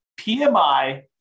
PMI